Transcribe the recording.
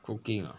cooking ah